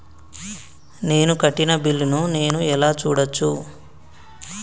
నేను కట్టిన బిల్లు ను నేను ఎలా చూడచ్చు?